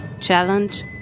challenge